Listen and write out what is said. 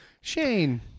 Shane